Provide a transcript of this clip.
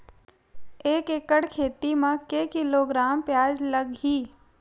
एक एकड़ खेती म के किलोग्राम प्याज लग ही?